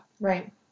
Right